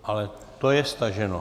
Ale to je staženo.